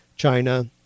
China